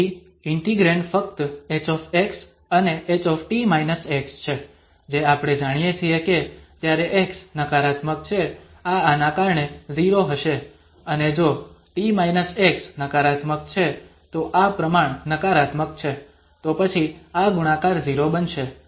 તેથી ઇન્ટિગ્રેંડ ફક્ત H અને H છે જે આપણે જાણીએ છીએ કે જ્યારે x નકારાત્મક છે આ આના કારણે 0 હશે અને જો t x નકારાત્મક છે તો આ પ્રમાણ નકારાત્મક છે તો પછી આ ગુણાકાર 0 બનશે